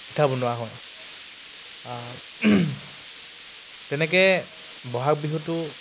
পিঠা বনোৱা হয় তেনেকৈ বহাগ বিহুটো